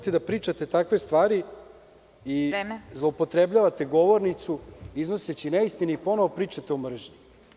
Nemojte da pričate takve stvari i da zloupotrebljavate govornicu iznoseći neistine i ponovo pričati o mržnji.